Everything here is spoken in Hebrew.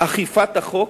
אכיפת החוק,